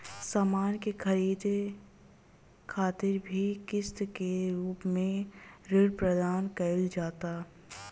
सामान के ख़रीदे खातिर भी किस्त के रूप में ऋण प्रदान कईल जाता